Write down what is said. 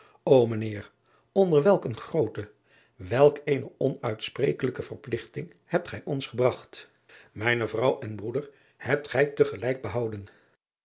o mijn eer nder welk eene groote welk eene onuitsprekelijke verpligting hebt gij ons gebragt mijne vrouw en broeder hebt gij tegelijk behouden